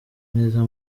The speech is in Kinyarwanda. neza